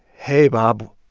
hey, bob,